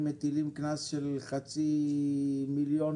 אם אפשר לסיים, דקה